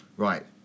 Right